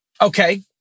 okay